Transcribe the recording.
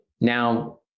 now